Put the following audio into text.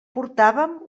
portàvem